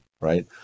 right